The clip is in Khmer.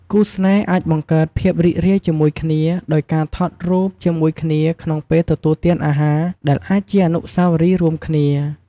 គូស្នេហ៍អាចបង្កើតភាពរីករាយជាមួយ ដោយការថតរូបជាមួយគ្នាក្នុងពេលទទួលទានអាហារ ដែលអាចជាអនុស្សាវរីយ៍រួមគ្នា។